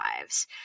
lives